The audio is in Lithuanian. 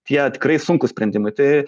tie tikrai sunkūs sprendimai tai